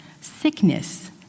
sickness